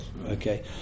Okay